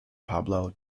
pablo